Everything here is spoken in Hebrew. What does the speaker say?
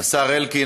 השר אלקין,